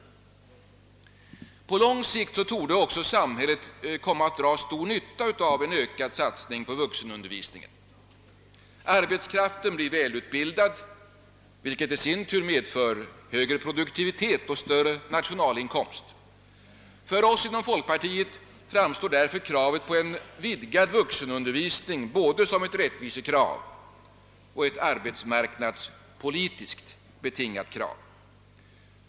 På lång sikt torde också samhället komma att dra stor nytta av en ökad satsning på vuxenundervisningen. Arbetskraften blir välutbildad, vilket i sin tur medför högre produktivitet och större nationalinkomst. För oss inom folkpartiet framstår därför kravet på vidgad vuxenundervisning både som ett rättvisekrav och som ett arbetsmarknadspolitiskt krav.